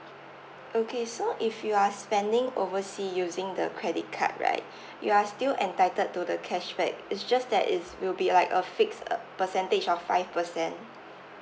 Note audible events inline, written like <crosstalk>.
okay so if you are spending oversea using the credit card right <breath> you are still entitled to the cashback it's just that it's will be like a fixed uh percentage of five percent